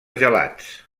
gelats